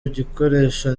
gikoresha